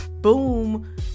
boom